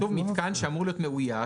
זהו מתקן מאויש,